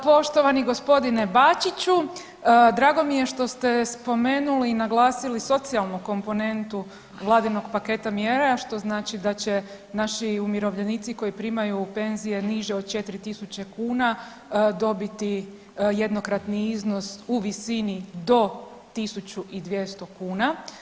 Poštovani g. Bačiću, drago mi je što ste spomenuli i naglasili socijalnu komponentu vladinog paketa mjera, što znači da će naši umirovljenici koji primaju penzije niže od 4 tisuće kuna dobiti jednokratni iznos u visini do 1.200 kuna.